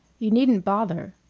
you needn't bother,